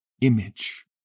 image